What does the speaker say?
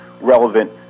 relevant